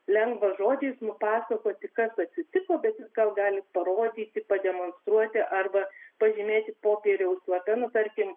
lengva žodžiais nupasakoti kas atsitiko bet jis gal gali parodyti pademonstruoti arba pažymėti popieriaus lape nu tarkim